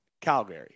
Calgary